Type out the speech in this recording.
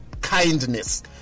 kindness